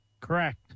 Correct